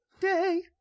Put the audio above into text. Day